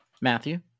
Matthew